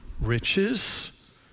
riches